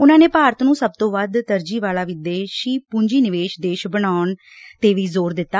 ਉਨੂਾ ਨੇ ਭਾਰਤ ਨੂੰ ਸਭ ਤੋਂ ਵੱਧ ਤਰਜੀਹ ਵਾਲਾ ਵਿਦੇਸ਼ੀ ਪੂੰਜੀ ਨਿਵੇਸ਼ ਦੇਸ਼ ਬਣਾਉਣ ਤੇ ਵੀ ਜ਼ੋਰ ਦਿੱਤਾ